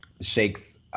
shakes